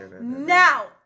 now